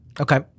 Okay